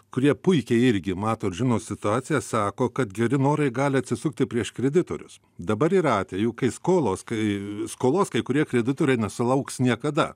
kurie puikiai irgi mato ir žino situaciją sako kad geri norai gali atsisukti prieš kreditorius dabar yra atvejų kai skolos kai skolos kai kurie kreditoriai nesulauks niekada